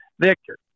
Victor